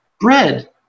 bread